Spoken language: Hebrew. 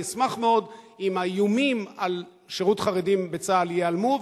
אני אשמח מאוד אם האיומים על שירות חרדים בצה"ל ייעלמו,